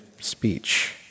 speech